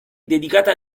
dedicato